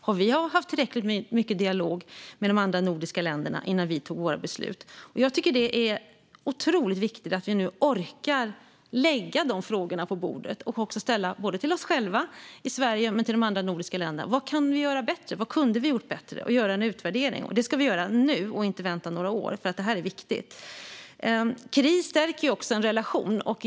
Har vi haft tillräckligt mycket dialog med de andra nordiska länderna innan vi fattade våra beslut? Det är otroligt viktigt att vi nu orkar lägga dessa frågor på bordet och ställa dem både till oss själva i Sverige och till de andra nordiska länderna - vad kan vi göra bättre och vad kunde vi ha gjort bättre? - och också göra en utvärdering. Detta ska vi göra nu och inte vänta några år. Det här är viktigt. Kris stärker en relation.